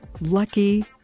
lucky